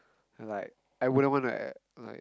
and like I wouldn't want to like